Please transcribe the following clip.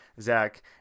Zach